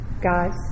Guys